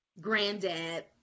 granddad